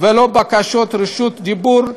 ולא בקשות רשות דיבור.